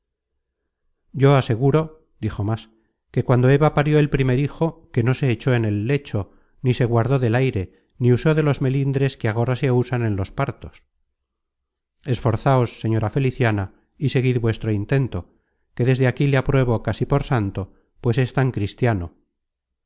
yo aseguro dijo más que cuando eva parió el primer hijo que no se echó en el lecho ni se guardó del aire ni usó de los melindres que agora se usan en los partos esforzáos señora feliciana y seguid vuestro intento que desde aquí le apruebo casi por santo pues es tan cristiano